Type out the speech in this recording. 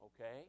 okay